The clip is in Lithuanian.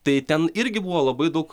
tai ten irgi buvo labai daug